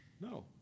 No